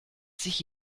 sich